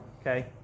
Okay